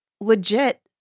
legit